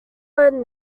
led